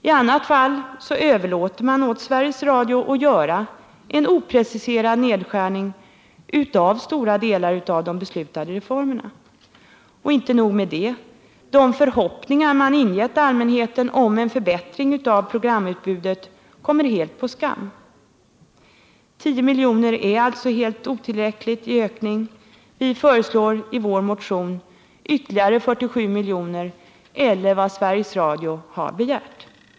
I annat fall överlåter man åt Sveriges Radio att göra en opreciserad nedskärning av stora delar av de beslutade reformerna. Och inte nog med detta: de förhoppningar som man ingivit allmänheten om en förbättring av programutbudet kommer helt på skam. De 10 extra miljoner som kulturutskottet föreslår är otillräckliga. Vi föreslår i vår motion ytterligare 47 milj.kr. eller vad Sveriges Radio har begärt.